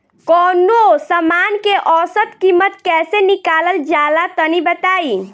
कवनो समान के औसत कीमत कैसे निकालल जा ला तनी बताई?